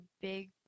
big